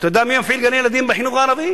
אתה יודע מי מפעיל את גני-הילדים בחינוך הערבי?